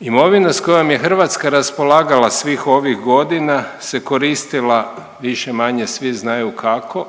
Imovina s kojom je Hrvatska raspolagala svih ovih godina se koristila više-manje svi znaju kako,